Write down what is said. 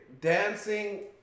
Dancing